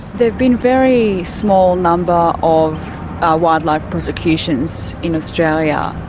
there've been very small numbers of wildlife prosecutions in australia.